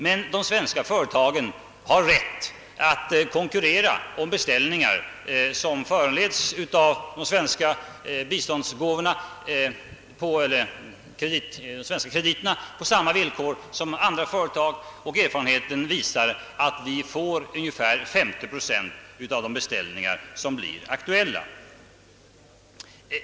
Men de svenska företagen har rätt att konkurrera om beställningar som föranletts av de svenska krediterna på samma villkor som andra företag, och erfarenheten visar att vi får ungefär 50 procent av de beställningar som blir aktuella.